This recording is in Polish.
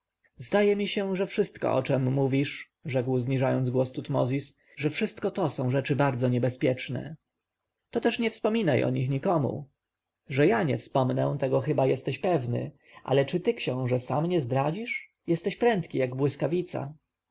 zdaje mi się że wszystko o czem mówisz rzekł zniżając głos tutmozis że wszystko to są rzeczy bardzo niebezpieczne to też nie wspominaj o nich nikomu że ja nie wspomnę tego chyba jesteś pewny ale czy ty książę sam się nie zdradzisz jesteś prędki jak błyskawica